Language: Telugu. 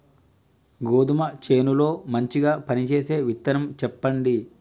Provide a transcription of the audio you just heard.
గోధుమ చేను లో మంచిగా పనిచేసే విత్తనం చెప్పండి?